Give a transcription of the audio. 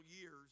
years